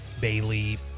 Bailey